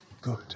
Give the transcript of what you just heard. good